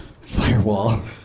Firewall